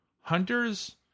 hunters